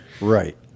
Right